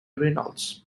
reynolds